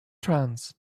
trans